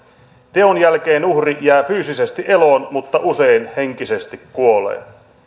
teon jälkeen uhri jää fyysisesti eloon mutta usein henkisesti kuolee